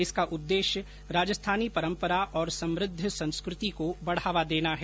इसका उददेश्य राजस्थानी परंपरा और समृद्ध संस्कृति को बढावा देना है